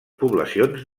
poblacions